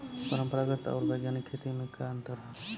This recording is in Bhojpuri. परंपरागत आऊर वैज्ञानिक खेती में का अंतर ह?